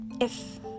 If